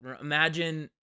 imagine